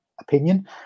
opinion